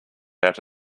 out